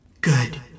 Good